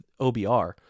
OBR